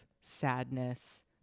sadness